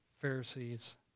Pharisees